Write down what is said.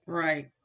right